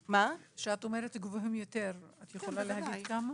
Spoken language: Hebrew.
כשאת אומרת גבוהים יותר, את יכולה להגיד כמה?